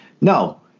No